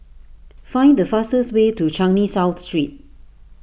find the fastest way to Changi South Street